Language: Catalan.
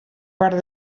part